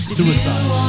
Suicide